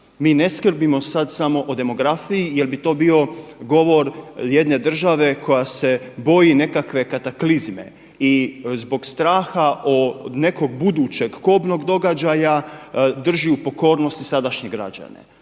Mi ne skrbimo sad samo o demografiji jer bi to bio govor jedne države koja se boji nekakve kataklizme i zbog straha od nekog budućeg kobnog događaja drži u pokornosti sadašnje građane.